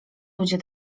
ludzie